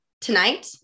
tonight